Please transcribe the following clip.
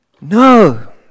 No